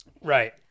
Right